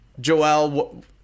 Joel